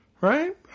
right